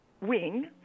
wing